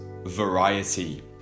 variety